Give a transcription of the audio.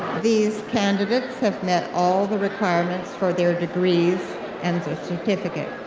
these candidates have met all the requirements for their degrees and their certificate.